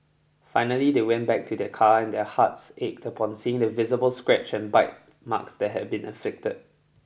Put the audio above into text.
finally they went back to their car and their hearts ached upon seeing the visible scratch and bite marks that had been inflicted